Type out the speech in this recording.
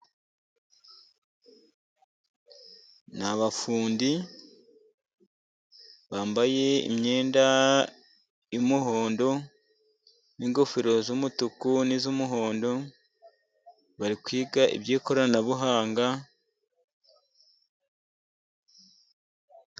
Ni abafundi bambaye imyenda y'umuhondo, n'ingofero z'umutuku n'iz'umuhondo, bari kwiga iby'ikoranabuhanga.